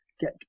get